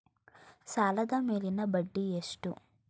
ಸಾಲದ ಮೇಲಿನ ಬಡ್ಡಿ ಎಷ್ಟು?